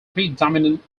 predominant